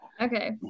okay